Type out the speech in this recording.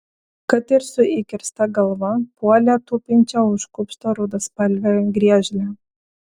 kad ir su įkirsta galva puolė tupinčią už kupsto rudaspalvę griežlę